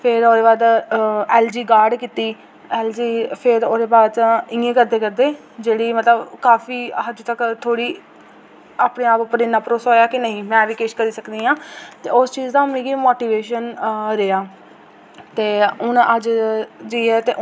फिर ओह्दे बाद एल जी गॉर्ड कीती एल जी ओह्दे बाद च इ'यां करदे करदे जेह्ड़ी मतलब काफी हद्द तक थोह्ड़ी अपने आप उप्पर इ'न्ना भरोसा कि नेईं में बी किश करी सकनी आं ते उस चीज़ दा मिगी मोटिवेशन रेहा ते हून अज्ज जाइयै ते